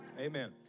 Amen